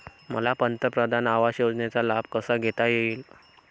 मला पंतप्रधान आवास योजनेचा लाभ कसा घेता येईल?